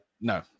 no